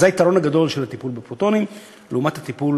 זה היתרון הגדול של הטיפול בפרוטונים לעומת הטיפול